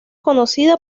conocida